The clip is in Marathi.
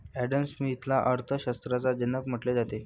ॲडम स्मिथला अर्थ शास्त्राचा जनक म्हटले जाते